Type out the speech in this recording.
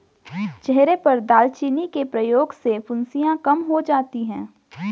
चेहरे पर दालचीनी के प्रयोग से फुंसियाँ कम हो जाती हैं